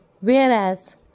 Whereas